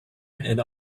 and